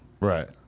Right